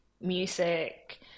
music